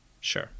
Sure